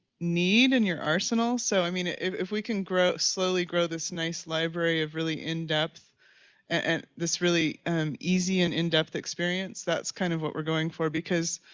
need in your arsenal? so, i mean ah if if we can slowly grow this nice library of really in depth and this really um easy and in depth experience that's kind of what we're going for because,